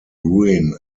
ruin